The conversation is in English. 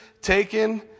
taken